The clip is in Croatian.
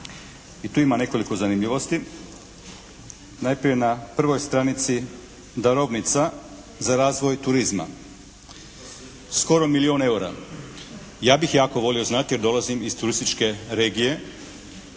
i tu ima nekoliko zanimljivosti. Najprije na 1. stranici «Darovnica za razvoj turizma», skoro milijun EUR-a. Ja bih jako volio znati jer dolazim iz turističke regije